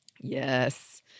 Yes